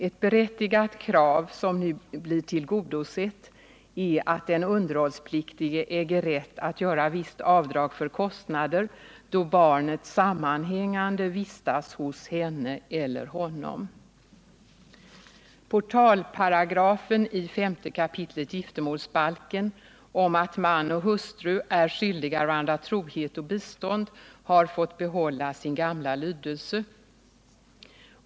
Ett berättigat krav som nu blivit tillgodosett är att den underhållspliktige äger rätt att göra visst avdrag för kostnader då barnet sammanhängande vistas hos henne eller honom. Portalparagrafen i 5 kap. giftermålsbalken om att man och hustru är skyldiga varandra trohet och bistånd har fått behålla sin gamla lydelse.